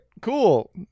cool